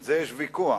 על זה יש ויכוח.